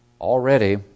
Already